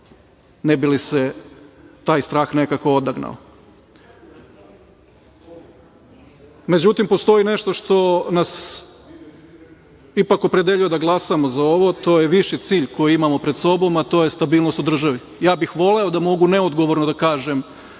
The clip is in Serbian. ne bi li se taj strah nekako odagnao.Međutim, postoji nešto što nas ipak opredeljuje da glasamo za ovo. To je viši cilj koji imamo pred sobom, a to je stabilnost u državi. Ja bih voleo da mogu neodgovorno da kažem